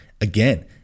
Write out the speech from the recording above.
again